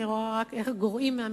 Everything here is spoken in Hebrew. אני רואה רק איך גורעים מהמשרד.